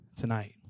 tonight